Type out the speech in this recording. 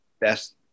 best